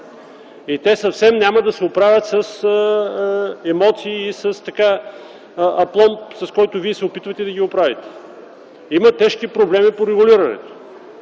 и те съвсем няма да се оправят с емоции и с апломба, с който Вие се опитвате да ги оправите. Има тежки проблеми по регулирането.